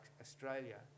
Australia